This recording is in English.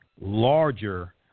larger